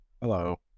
Hello